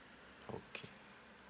okay